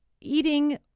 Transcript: eating